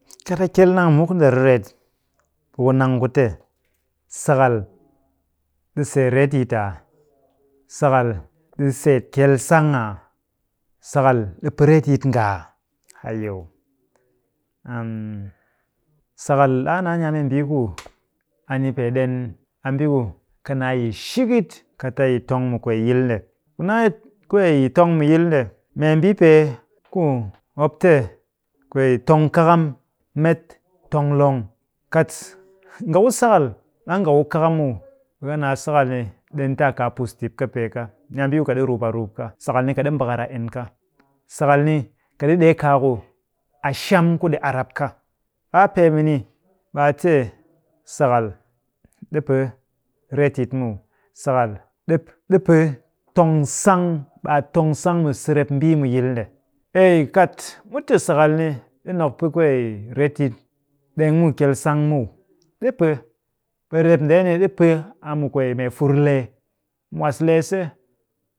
Kat a kyeel nang muk nde riret, ɓe ku nang ku te sakal ɗi seet retyit aa? Ɗi seet kyel sang aa? Sakal ɗi pɨ retyit nga aa? Hayau, sakal ɗaa naa ni a membii ku a ni pee ɗen a mbii ku ka naa yi shikit kat a yi tong mu kwee yil nde. Mu naa kwee tong mu yil nde, membii pee ku mop te kwee tong kakam met tong long. Kat nga ku sakal ɗang nga ku kakam muw, ɓe ka naa sakal ni ɗenta a kaa pustip kɨpee ka. Ni a mbii ku ka ɗi rup a rup ka. Sakal ni kɨ ɗi mbakak a en ka. Sakal ni kɨ ɗi ɗee kaa ku a sham ku ɗi arap ka. A pee mɨni ɓe a te sakal ɗi pɨ retyit muw. Sakal ɗi pɨ tong sang, ɓe a tong sang mu sirep mbii mu yil nde. Ei kat mu te sakal ni ɗi nok pɨ kwee reyit ɗeng muw kyel sang muw, ɗi pɨ. ɓe rep ndeeni ɗi pɨ a mu rep kwee mee fur lee. Mwaslee se